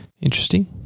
Interesting